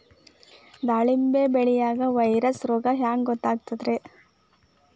ದಾಳಿಂಬಿ ಬೆಳಿಯಾಗ ವೈರಸ್ ರೋಗ ಹ್ಯಾಂಗ ಗೊತ್ತಾಕ್ಕತ್ರೇ?